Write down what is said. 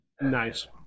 Nice